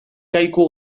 kaiku